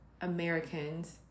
Americans